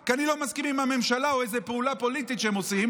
כי אני לא מסכים עם הממשלה או עם איזה פעולה פוליטית שהם עושים,